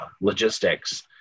logistics